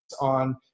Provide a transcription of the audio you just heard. on